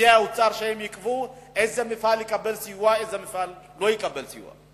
פקידי האוצר שהם יקבעו איזה מפעל יקבל סיוע ואיזה מפעל לא יקבל סיוע.